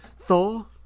Thor